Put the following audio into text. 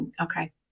Okay